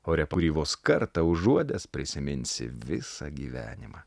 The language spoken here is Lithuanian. ore kurį vos kartą užuodęs prisiminsi visą gyvenimą